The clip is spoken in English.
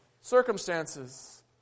circumstances